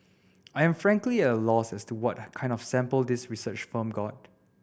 I am frankly at a loss as to what kind of sample this research firm got